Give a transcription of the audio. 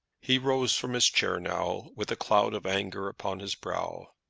he rose from his chair now with a cloud of anger upon his brow.